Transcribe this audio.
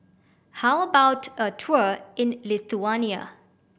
how about a tour in Lithuania